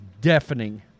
deafening